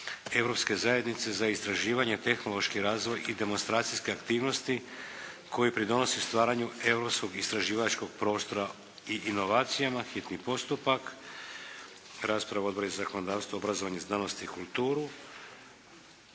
Europske zajednice za istraživanje, tehnološki razvoj i demonstracijske aktivnosti, koji pridonosi stvaranju europskog istraživačkoga prostora i inovacijama (2002.-2006.), s Konačnim prijedlogom zakona, hitni postupak,